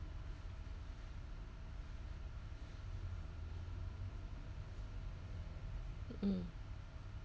mm